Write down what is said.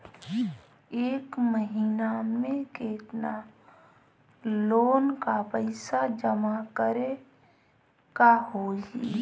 एक महिना मे केतना लोन क पईसा जमा करे क होइ?